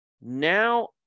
Now